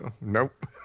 nope